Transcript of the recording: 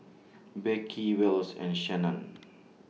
Beckie Wells and Shannen